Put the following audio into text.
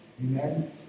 Amen